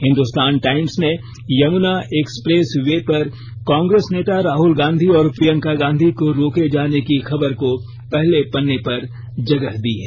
Hindustan Times ने Yamuna expressway पर Congress नेता राहुल गांधी और प्रियंका गांधी को रोके जाने की खबर को पहले पन्ने पर जगह दी है